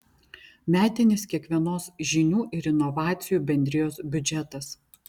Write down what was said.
metinis kiekvienos žinių ir inovacijų bendrijos biudžetas